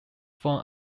form